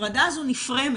ההפרדה הזו נפרמת.